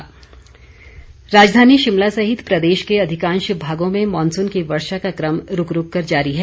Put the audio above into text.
मौसम राजधानी शिमला सहित प्रदेश के अधिकांश भागों में मॉनसून की वर्षा का क्रम रूक रूक कर जारी है